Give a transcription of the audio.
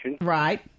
Right